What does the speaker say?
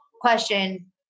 question